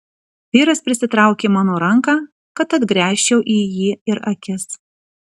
vyras prisitraukė mano ranką kad atgręžčiau į jį ir akis